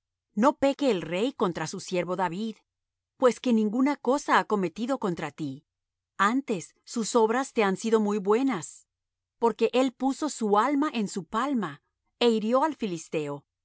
no peque el rey contra su siervo david pues que ninguna cosa ha cometido contra ti antes sus obras te han sido muy buenas porque él puso su alma en su palma é hirió al filisteo y